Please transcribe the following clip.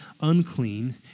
unclean